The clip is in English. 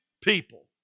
people